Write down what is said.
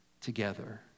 together